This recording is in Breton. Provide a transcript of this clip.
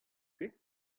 kuit